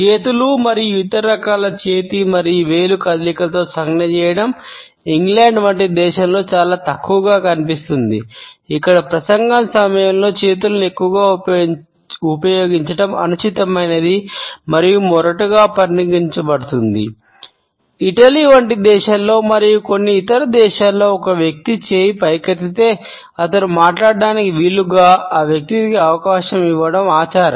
చేతులు మరియు ఇతర రకాల చేతి మరియు వేలు కదలికలతో సంజ్ఞ చేయడం ఇంగ్లాండ్ వంటి దేశంలో మరియు కొన్ని ఇతర దేశాలలో ఒక వ్యక్తి చేయి పైకెత్తితే అతను మాట్లాడటానికి వీలుగా ఆ వ్యక్తికి అవకాశం ఇవ్వడం ఆచారం